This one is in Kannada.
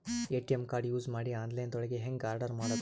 ಎ.ಟಿ.ಎಂ ಕಾರ್ಡ್ ಯೂಸ್ ಮಾಡಿ ಆನ್ಲೈನ್ ದೊಳಗೆ ಹೆಂಗ್ ಆರ್ಡರ್ ಮಾಡುದು?